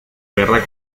guerra